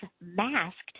masked